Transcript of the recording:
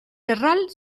terral